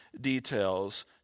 details